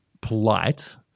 polite